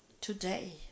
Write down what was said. today